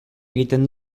egiten